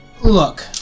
Look